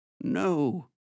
No